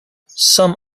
some